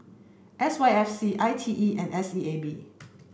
S Y F C I T E and S E A B